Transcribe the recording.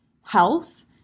health